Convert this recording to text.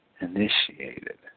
initiated